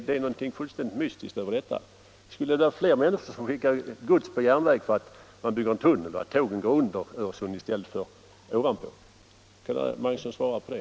Det är någonting fullständigt mystiskt över detta. Skulle fler människor skicka gods på järnväg för att man bygger en tunnel och för att tågen går under Öresund i stället för över? Kan herr Magnusson svara på det?